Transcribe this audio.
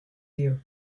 ears